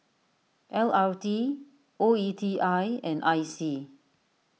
L R T O E T I and I C